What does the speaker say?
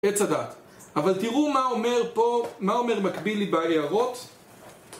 עץ הדעת. אבל תראו מה אומר פה, מה אומר מקבילי בהערות.